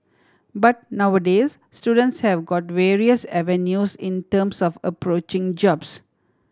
but nowadays students have got various avenues in terms of approaching jobs